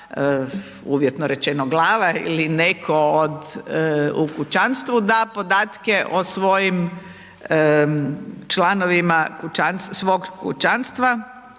uvjetno rečeno, glava ili neko od, u kućanstvu, da podatke o svojim članovima kućanstva,